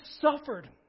suffered